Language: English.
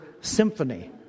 symphony